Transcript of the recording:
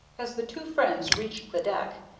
as the two friends reached the deck,